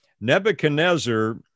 Nebuchadnezzar